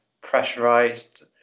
pressurized